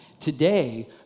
Today